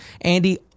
Andy